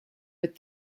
with